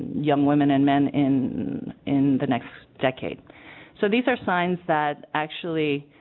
young women and men in in the next decade so these are signs that actually